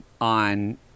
on